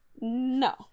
no